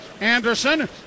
Anderson